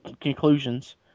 conclusions